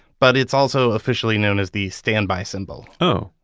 but it's also officially known as the standby symbol oh,